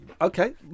Okay